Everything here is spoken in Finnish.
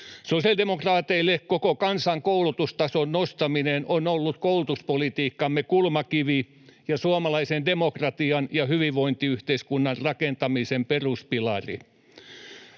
Sosiaalidemokraateille koko kansan koulutustason nostaminen on ollut koulutuspolitiikkamme kulmakivi ja suomalaisen demokratian ja hyvinvointiyhteiskunnan rakentamisen peruspilari.